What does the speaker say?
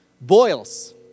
Boils